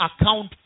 account